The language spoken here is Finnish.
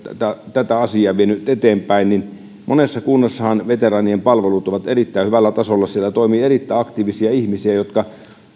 tätä asiaa vienyt eteenpäin että monessa kunnassahan veteraanien palvelut ovat erittäin hyvällä tasolla siellä toimii erittäin aktiivisia ihmisiä jotka